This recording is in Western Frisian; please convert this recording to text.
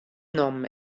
nommen